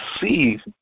see